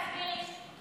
אתה יודע להסביר לי,